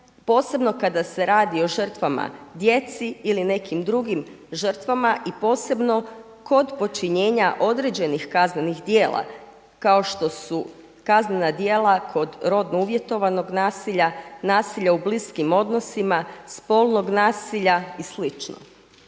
posebno kada se radi o žrtvama djeci ili nekim drugim žrtvama i posebno kod počinjenja određenih kaznenih djela kao što su kaznena djela kod rodno uvjetovanog nasilja, nasilja u bliskim odnosima, spolnog nasilja i